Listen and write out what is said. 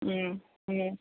ഉം ഉം